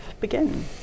begin